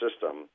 system